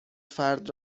فرد